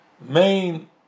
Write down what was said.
main